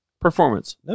performance